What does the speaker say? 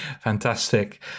fantastic